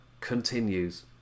continues